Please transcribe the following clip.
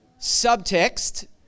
Subtext